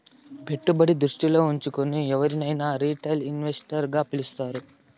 పెట్టుబడి దృష్టిలో ఉంచుకుని ఎవరినైనా రిటైల్ ఇన్వెస్టర్ గా పిలుస్తారు